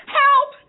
help